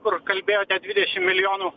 kur kalbėjote dvidešim milijonų